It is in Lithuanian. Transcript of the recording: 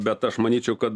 bet aš manyčiau kad